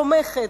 תומכת,